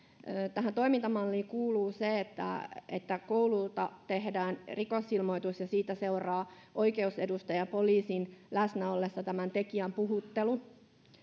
tähän toimintamalliin kuuluu se että että koululta tehdään rikosilmoitus ja siitä seuraa oikeusedustajan ja poliisin läsnäollessa tekijän puhuttelu